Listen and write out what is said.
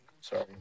sorry